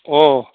অঁ